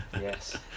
Yes